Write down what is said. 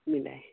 মিলাই